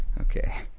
okay